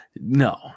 No